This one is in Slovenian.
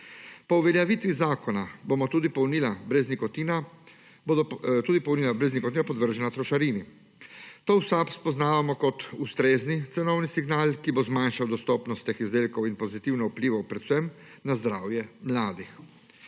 Po uveljavitvi zakona bomo tudi polnila brez nikotina podvržena trošarini to v SAB spoznavamo kot ustrezni cenovni signal, ki bo zmanjšal dostopnost teh izdelkov in pozitivno vplival predvsem na zdravje mladih.